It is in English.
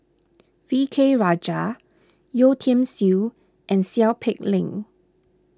V K Rajah Yeo Tiam Siew and Seow Peck Leng